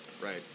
Right